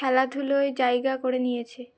খেলাধুলোয় জায়গা করে নিয়েছে